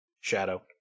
Shadow